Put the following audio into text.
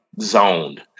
zoned